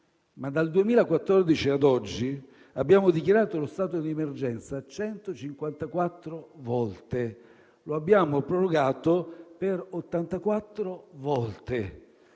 ma dal 2014 ad oggi abbiamo dichiarato lo stato di emergenza 154 volte, e lo abbiamo prorogato per 84 volte.